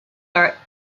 are